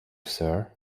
sir